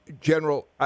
General